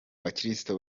bakristo